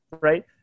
right